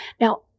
Now